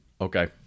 okay